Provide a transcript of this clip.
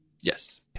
Yes